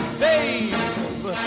babe